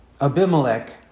Abimelech